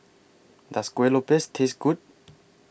Does Kueh Lopes Taste Good